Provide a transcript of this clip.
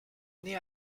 naît